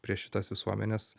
prieš šitas visuomenes